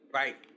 right